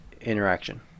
interaction